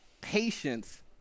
patience